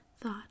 thought